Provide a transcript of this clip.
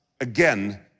again